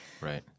right